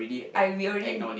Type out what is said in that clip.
I we already